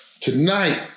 tonight